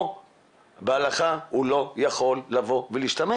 פה בהלכה, הוא לא יכול להשתמש.